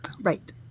right